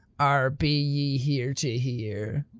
are be ye here to hear?